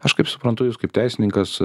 aš kaip suprantu jūs kaip teisininkas